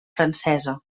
francesa